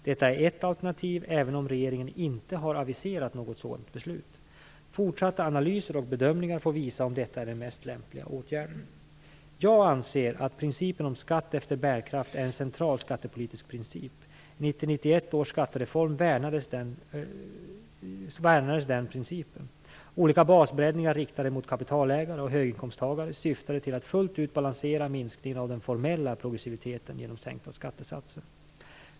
Detta är ett alternativ, även om regeringen inte har aviserat något sådant beslut. Fortsatta analyser och bedömningar får visa om detta är den mest lämpliga åtgärden. Jag anser att principen om skatt efter bärkraft är en central skattepolitisk princip. I 1990-1991 års skattereform värnades den principen. Olika basbreddningar riktade mot kapitalägare och höginkomsttagare syftade till att fullt ut balansera minskningen av den formella progressiviteten genom sänkta skattesatser.